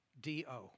D-O